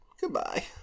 Goodbye